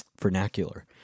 vernacular